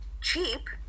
cheap